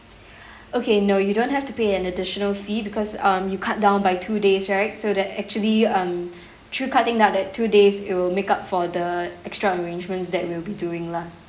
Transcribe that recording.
okay no you don't have to pay an additional fee because um you cut down by two days right so that actually um through cutting out that two days it will make up for the extra arrangements that we'll be doing lah